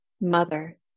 mother